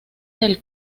del